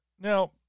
Now